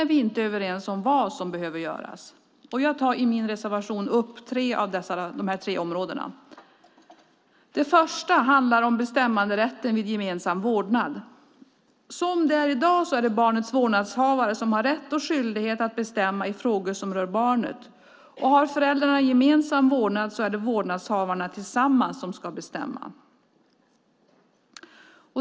Men vi är inte överens om vad som behöver göras. I min reservation tar jag upp dessa tre områden. Det första handlar om bestämmanderätten vid gemensam vårdnad. Som det är i dag är det barnets vårdnadshavare som har rätt och skyldighet att bestämma i frågor som rör barnet, och har föräldrarna gemensam vårdnad är det vårdnadshavarna tillsammans som ska bestämma.